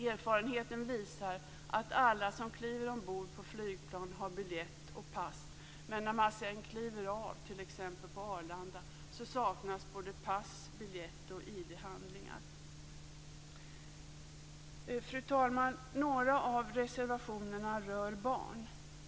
Erfarenheten visar att alla som kliver ombord på flygplan har biljett och pass, men när man sedan kliver av, t.ex. på Arlanda, saknas både pass, biljett och ID-handlingar. Fru talman! Några av reservationerna rör barn.